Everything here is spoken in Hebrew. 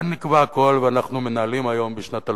כאן נקבע הכול, ואנחנו מנהלים בשנת 2010,